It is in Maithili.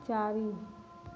चारि